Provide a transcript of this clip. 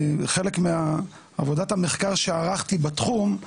חלק מעבודת המחקר שערכתי בתחום,